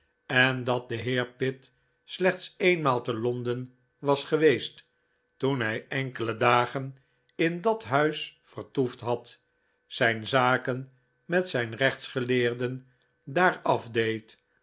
en dat de heer pitt slechts eenmaal e londen was geweest toen hij enkele dagen in dat huis vertoefd had zijn zaken met zijn rechtsgeleerden daar afdeed